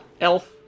elf